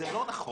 לא נכון.